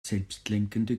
selbstlenkende